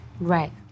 Right